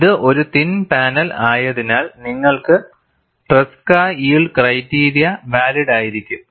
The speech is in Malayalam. ഇത് ഒരു തിൻ പാനൽ ആയതിനാൽ നിങ്ങൾക്ക് ട്രെസ്ക് യിൽഡ് ക്രൈറ്റീരിയ വാലിഡ് ആയിരിക്കും